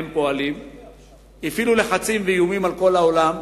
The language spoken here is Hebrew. הפעילו לחצים ואיומים על כל העולם.